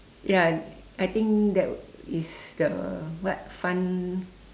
ya I think that is the what fun